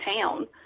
town